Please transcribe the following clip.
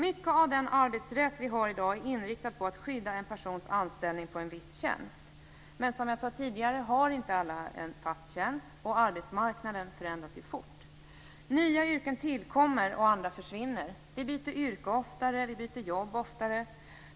Mycket av den arbetsrätt som vi har i dag är inriktad på att skydda en persons anställning på en viss tjänst. Men som jag tidigare sade har inte alla en fast tjänst, och arbetsmarknaden förändras fort. Nya yrken tillkommer och andra försvinner. Vi byter yrke och jobb oftare.